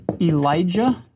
Elijah